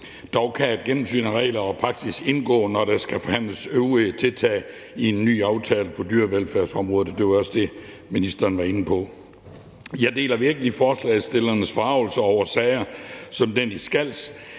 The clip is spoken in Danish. Dog kan et gennemsyn af regler og praksis indgå, når der skal forhandles om øvrige tiltag i en ny aftale på dyrevelfærdsområdet, og det var også det, ministeren var inde på. Jeg deler virkelig forslagsstillernes forargelse over sager som den i Skals.